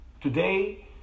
Today